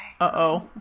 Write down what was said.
Uh-oh